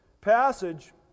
passage